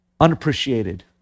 unappreciated